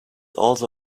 also